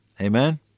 Amen